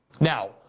Now